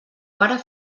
para